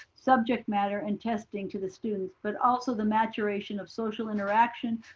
subject matter and testing to the students, but also the maturation of social interaction,